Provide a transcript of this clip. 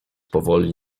powoli